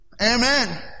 Amen